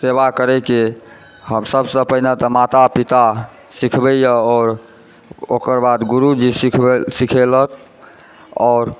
सेवा करयके सभसँ पहिने तऽ माता पिता सिखबैए आओर ओकर बाद गुरुजी सिखेलक आओर